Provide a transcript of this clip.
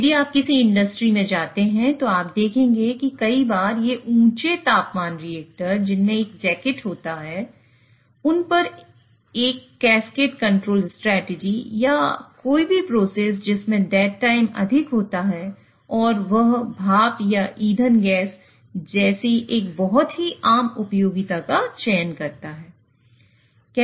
यह cascade control strategy अधिक होता है और वह भाप या ईंधन गैस जैसी एक बहुत ही आम उपयोगिता का चयन करता है